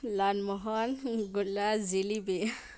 ꯂꯥꯜ ꯃꯣꯍꯣꯟ ꯒꯨꯂꯥ ꯖꯤꯂꯤꯕꯤ